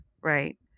right